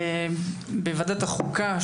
בוועדת החוקה,